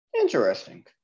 Interesting